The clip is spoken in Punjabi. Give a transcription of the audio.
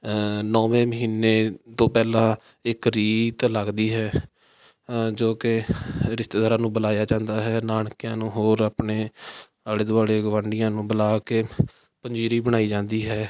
ਨੌਵੇਂ ਮਹੀਨੇ ਤੋਂ ਪਹਿਲਾਂ ਇੱਕ ਰੀਤ ਲੱਗਦੀ ਹੈ ਜੋ ਕਿ ਰਿਸ਼ਤੇਦਾਰਾਂ ਨੂੰ ਬੁਲਾਇਆ ਜਾਂਦਾ ਹੈ ਨਾਨਕਿਆਂ ਨੂੰ ਹੋਰ ਆਪਣੇ ਆਲੇ ਦੁਆਲੇ ਗੁਆਢੀਆਂ ਨੂੰ ਬੁਲਾ ਕੇ ਪੰਜੀਰੀ ਬਣਾਈ ਜਾਂਦੀ ਹੈ